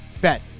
Bet